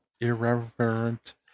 Irreverent